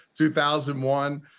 2001